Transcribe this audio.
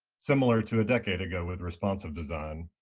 similar to a decade ago with responsive design.